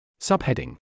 Subheading